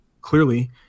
clearly